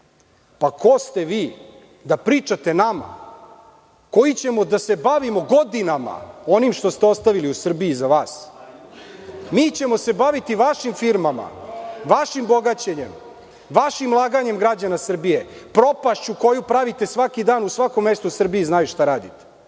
vašem. Ko ste vi da pričate nama koji ćemo da se bavimo godinama onim što ste ostavili u Srbiji iza vas? Mi ćemo se baviti vašim firmama, vašim bogaćenjem, vašim laganjem građana Srbije, propašću koju pravite svaki dan u svakom mestu u Srbiji, znaju šta radite. Nemojte